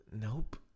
Nope